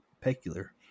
peculiar